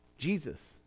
Jesus